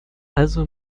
also